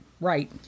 right